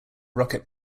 rocket